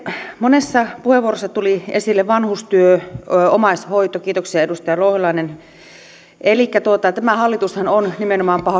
monessa puheenvuorossa tuli esille vanhustyö omaishoito kiitoksia edustaja louhelainen tämä hallitushan on nimenomaan